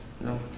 No